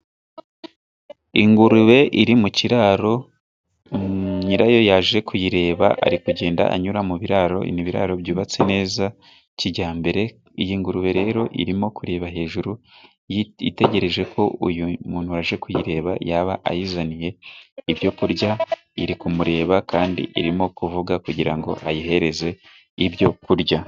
Ingurube iri mu kiraro, nyirayo yaje kuyireba. Ari kugenda anyura mu biraro. Ibi biraro byubatse neza kijyambere. Iyi ngurube rero irimo kureba hejuru, itegereje ko uyu muntu waje kuyireba yaba ayizaniye ibyo kurya. Iri kumureba kandi irimo kuvuga kugira ngo ayihereze ibyo kurya.